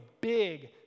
big